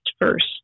first